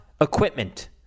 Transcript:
equipment